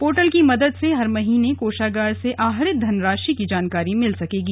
portal की मदद से हर महीने कोषागार से आहरित धनराशि की जानकारी मिल सकेगी